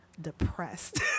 depressed